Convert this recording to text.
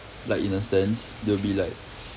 like in a sense they'll be like